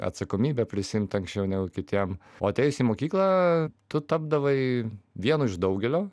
atsakomybę prisiimti anksčiau negu kitiem o atėjus į mokyklą tu tapdavai vienu iš daugelio